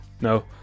No